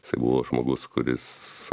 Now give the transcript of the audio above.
jisai buvo žmogus kuris